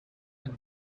and